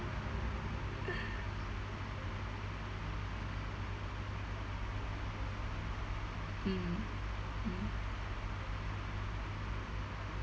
mm mm